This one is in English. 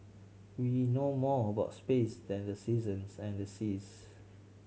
we know more about space than the seasons and seas